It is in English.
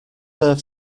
earth